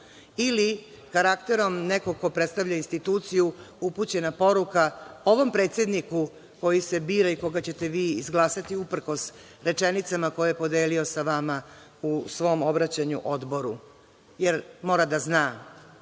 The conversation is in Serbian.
ili karakterom nekog ko predstavlja instituciju upućena poruka ovom predsedniku koji se bira i koga ćete vi izglasati, uprkos rečenicama koje je podelio sa vama u svom obraćanju Odboru, jer mora da zna